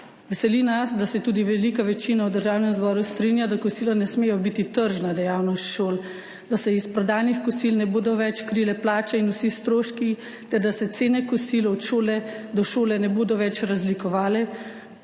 Veseli nas, da se tudi velika večina v Državnem zboru strinja, da kosila ne smejo biti tržna dejavnost šol, da se iz prodanih kosil ne bodo več krile plače in vsi stroški ter da se cene kosil od šole do šole ne bodo več razlikovale